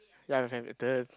ya my friend the